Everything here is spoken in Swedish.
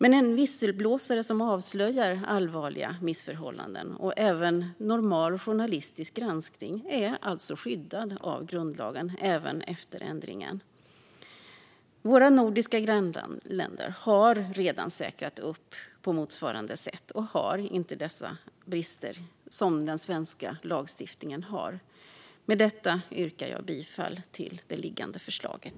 En visselblåsare som avslöjar allvarliga missförhållanden och även normal journalistisk granskning är alltså skyddad av grundlagen även efter ändringen. Våra nordiska grannländer har redan säkrat upp på motsvarande sätt och har inte de brister som den svenska lagstiftningen har. Med detta yrkar jag bifall till det liggande förslaget.